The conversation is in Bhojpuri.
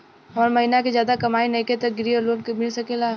हमर महीना के ज्यादा कमाई नईखे त ग्रिहऽ लोन मिल सकेला?